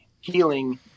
healing –